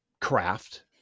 craft